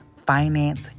finance